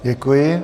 Děkuji.